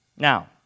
Now